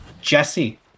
Jesse